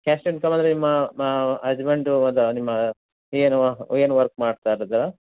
caste income ಅಂದರೆ ನಿಮ್ಮ ಮಾ ಹಜ್ಬೆಂಡು ನಿಮ್ಮ ಏನು ಏನು ವರ್ಕ್ ಮಾಡ್ತಾಯಿರೋದು